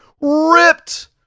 ripped